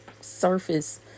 surface